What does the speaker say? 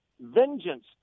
Vengeance